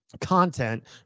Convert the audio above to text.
content